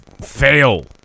fail